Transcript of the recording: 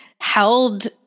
held –